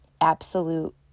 Absolute